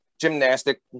gymnastic